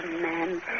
man